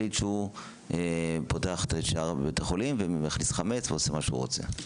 מחליט שהוא פותח את שערי בית החולים ומכניס חמץ ועושה מה שהוא רוצה,